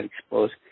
exposed